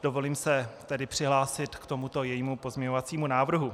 Dovolím se tedy přihlásit k tomuto jejímu pozměňovacímu návrhu.